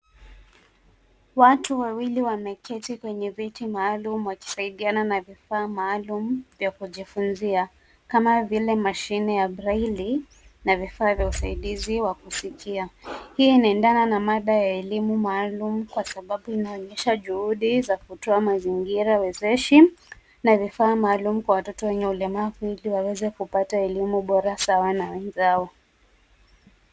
Watu wawili wameketi kwenye viti maalum wakisaidiana na vifaa maalum vya kujifunzia, kama vile mashine ya braille na vifaa vya usaidizi wa kusikia. Hii inaendana na mada ya elimu maalum kwa sababu inaonyesha juhudi za kutoa mazingira wezeshi na vifaa maalum kwa watoto wenye ulemavu ili waweze kupata elimu bora sawa na wenzao.